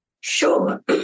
Sure